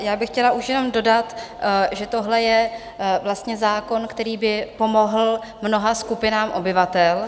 Já bych chtěla už jenom dodat, že tohle je vlastně zákon, který by pomohl mnoha skupinám obyvatel.